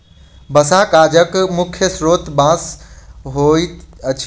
बँसहा कागजक मुख्य स्रोत बाँस होइत अछि